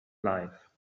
life